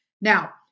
Now